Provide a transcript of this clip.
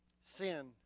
Sin